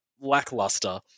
lackluster